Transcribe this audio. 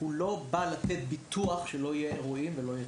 לא בא לתת ביטוח לכך שלא יהיו אירועים ותאונות.